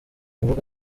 mbuga